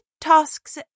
tasks